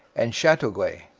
and chateauguay